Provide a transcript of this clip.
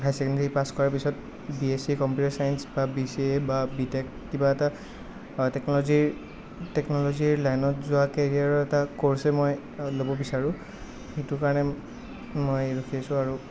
হাই secondary pass কৰা পাছত B S C computer science বা বি চি এ বা বি টেক কিবা এটা টেকন'লজিৰ টেকন'লজিৰ লাইনত যোৱা কেৰিয়াৰৰ এটা কৰ্চয়েই মই ল'ব বিচাৰোঁ সেইটো কাৰণে মই ৰখি আছো আৰু